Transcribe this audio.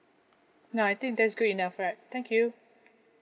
nah I think that's good enough right thank you